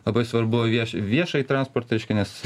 labai svarbu vieš viešąjį transportą aiškia nes